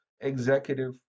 executive